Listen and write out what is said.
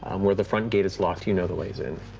um where the front gate is locked, you know the ways in,